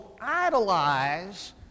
idolize